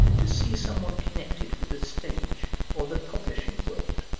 to see some one connected with the stage or the publishing world,